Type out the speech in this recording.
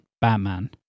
Batman